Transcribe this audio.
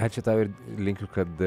ačiū tau ir linkiu kad